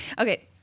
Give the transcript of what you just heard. Okay